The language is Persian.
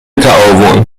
تعاون